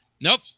Nope